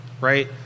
right